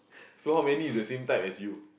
so how many is the same type as you